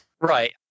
Right